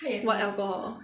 what alcohol